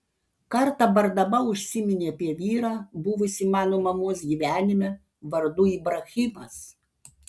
kartą bardama užsiminė apie vyrą buvusį mano mamos gyvenime vardu ibrahimas